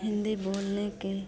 हिन्दी बोलने के